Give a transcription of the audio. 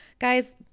guys